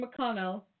McConnell